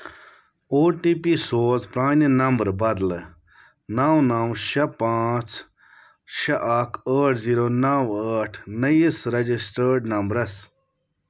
او T P سوز پرٛانہِ number بدلہٕ نَو نَو شےٚ پانٛژھ شےٚ اکھ ٲٹھ زیٖرو نَو ٲٹھ نٔیِس ریٚجِسٹٲڈ نمبرَس